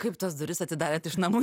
kaip tas duris atidarėt iš namų